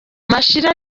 mashira